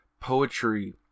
poetry